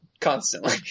Constantly